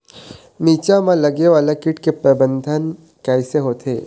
मिरचा मा लगे वाला कीट के प्रबंधन कइसे होथे?